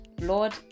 Lord